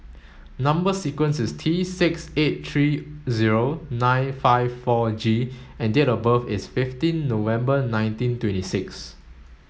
number sequence is T six eight three zero nine five four G and date of birth is fifteen November nineteen twenty six